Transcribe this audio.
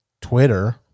Twitter